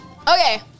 Okay